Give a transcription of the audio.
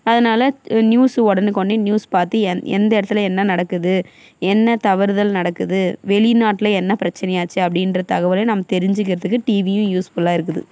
அதனால் நியூஸு உடனுக்கொன்னே நியூஸ் பார்த்து எந்த இடத்துல என்ன நடக்குது என்ன தவறுதல் நடக்குது வெளிநாட்டில் என்ன பிரச்சனை ஆச்சு அப்படின்ற தகவலையும் நாம் தெரிஞ்சிக்கிறத்துக்கு டிவியும் யூஸ்ஃபுல்லாக இருக்குது